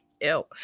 ew